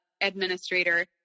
administrator